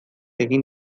egin